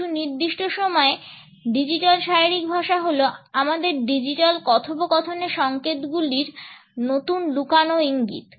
কিছু নির্দিষ্ট সময়ে ডিজিটাল শারীরিক ভাষা হলো আমাদের ডিজিটাল কথোপকথনের সংকেতগুলির নতুন লুকানো ইঙ্গিত